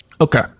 okay